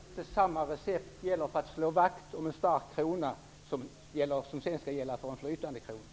Herr talman! Självklart kan inte det recept som gäller när man skall slå vakt om en stark krona också gälla när det är en flytande kronkurs.